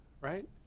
right